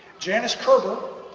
janice kerber,